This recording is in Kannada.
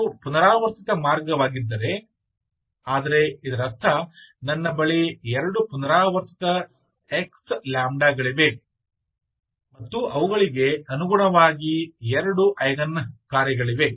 ಇದು ಪುನರಾವರ್ತಿತ ಮಾರ್ಗವಾಗಿದ್ದರೆ ಆದರೆ ಇದರರ್ಥ ನನ್ನ ಬಳಿ ಎರಡು ಪುನರಾವರ್ತಿತ x ಲ್ಯಾಂಬ್ಡಾಗಳಿವೆ ಮತ್ತು ಅವುಗಳಿಗೆ ಅನುಗುಣವಾಗಿ ಎರಡು ಐಗನ್ ಕಾರ್ಯಗಳಿವೆ